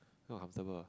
not comfortable